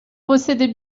possédait